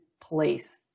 place